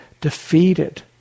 defeated